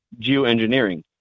geoengineering